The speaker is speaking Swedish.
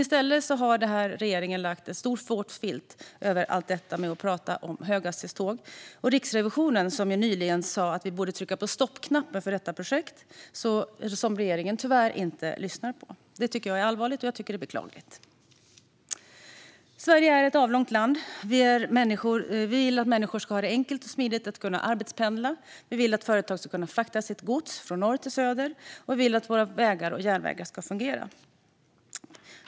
I stället har den här regeringen lagt en stor, våt filt över att prata om höghastighetståg. Riksrevisionen sa nyligen att vi borde trycka på stoppknappen för detta projekt, vilket regeringen tyvärr inte lyssnar på. Det är allvarligt och beklagligt. Sverige är ett avlångt land. Vi vill att det ska vara enkelt och smidigt för människor att arbetspendla, vi vill att företag ska kunna frakta sitt gods från norr till söder och vi vill att våra vägar och järnvägar ska fungera.